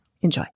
Enjoy